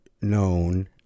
known